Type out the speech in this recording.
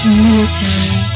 military